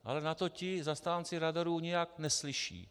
Ale na to ti zastánci radarů nijak neslyší.